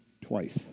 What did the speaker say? twice